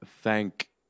thank